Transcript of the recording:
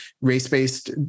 race-based